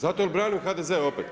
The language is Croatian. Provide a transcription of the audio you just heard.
Zato jer branim HDZ opet.